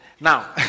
Now